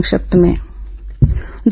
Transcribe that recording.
संक्षिप्त समाचार